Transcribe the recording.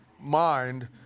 mind